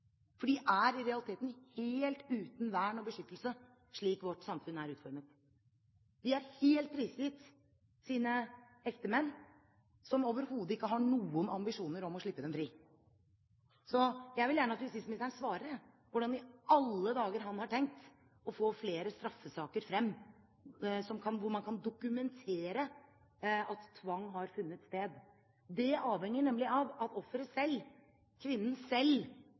for de er i realiteten helt uten vern og beskyttelse slik vårt samfunn er utformet. De er helt prisgitt sine ektemenn som overhodet ikke har noen ambisjoner om å slippe dem fri. Jeg vil gjerne at justisministeren svarer på hvordan i alle dager han har tenkt å få frem flere straffesaker der man kan dokumentere at tvang har funnet sted. Det avhenger nemlig av at offeret selv – kvinnen selv